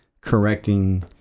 correcting